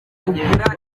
kugira